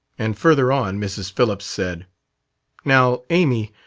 and further on mrs. phillips said now, amy,